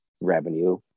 revenue